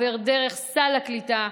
עובר דרך סל הקליטה,